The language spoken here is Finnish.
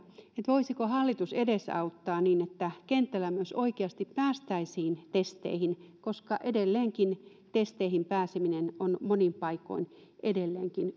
voisiko hallitus edesauttaa sitä että kentällä myös oikeasti päästäisiin testeihin koska edelleenkin testeihin pääseminen on monin paikoin